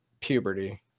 puberty